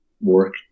work